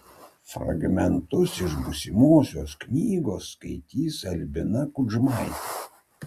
fragmentus iš būsimos knygos skaitys albina kudžmaitė